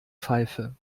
pfeife